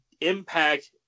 impact